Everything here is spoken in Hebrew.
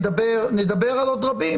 נדבר על עוד רבים,